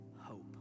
hope